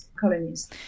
colonies